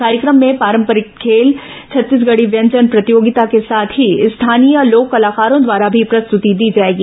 कार्यक्रम में पारंपरिक खेल छत्तीसगढ़ी व्यंजन प्रतियोगिता के साथ ही स्थानीय लोक कलाकारों द्वारा भी प्रस्तुति दी जाएगी